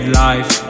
life